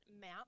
map